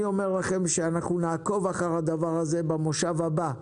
אני אומר לכם שנעקוב אחרי הדבר הזה במושב הבא.